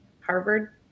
Harvard